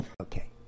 Okay